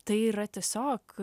tai yra tiesiog